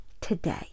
today